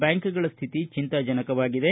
ಬ್ಯಾಂಕ್ಗಳ ಸ್ವಿತಿ ಚಿಂತಾಜನಕವಾಗಿದೆ